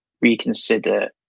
reconsider